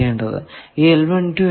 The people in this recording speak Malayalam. ഈ എന്താണ്